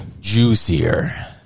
Juicier